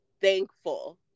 thankful